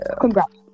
Congrats